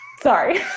Sorry